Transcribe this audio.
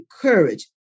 courage